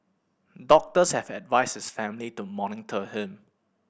doctors have advised his family to monitor him